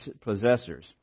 possessors